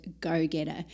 go-getter